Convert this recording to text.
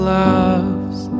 loves